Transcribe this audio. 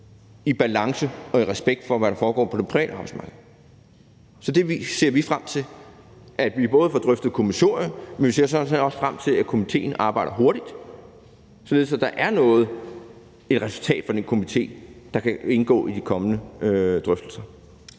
i balance med og i respekt for, hvad der foregår på det private arbejdsmarked. Så vi ser frem til, at vi får drøftet kommissoriet, men vi ser sådan set også frem til, at komitéen arbejder hurtigt, således at der er et resultat fra den komité, der kan indgå i de kommende drøftelser.